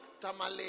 Tamale